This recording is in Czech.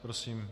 Prosím.